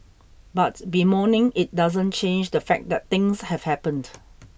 but bemoaning it doesn't change the fact that things have happened